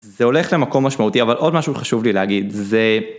זה הולך למקום משמעותי אבל עוד משהו חשוב לי להגיד, זה.